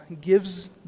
gives